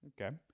Okay